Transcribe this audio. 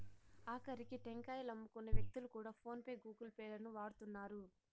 ఆకరికి టెంకాయలమ్ముకునే వ్యక్తులు కూడా ఫోన్ పే గూగుల్ పే లను వాడుతున్నారు